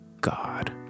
God